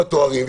ארבעה תארים.